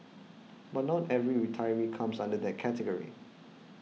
but not every retiree re comes under that category